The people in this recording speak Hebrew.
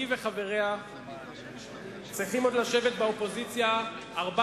היא וחבריה צריכים עוד לשבת באופוזיציה ארבע